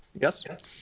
Yes